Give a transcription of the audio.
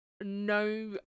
no